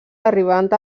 arribant